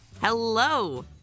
hello